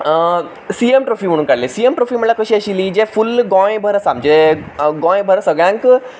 C M trophy म्हणून काडली C M trophy म्हणल्यार कशी आशिल्ली जे फूल गोंयभर आसा जे गोंयभर सगळ्यांक